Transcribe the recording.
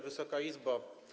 Wysoka Izbo!